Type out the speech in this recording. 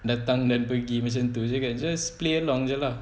datang dan pergi macam tu jer kan just play along jer lah